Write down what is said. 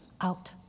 out